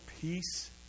peace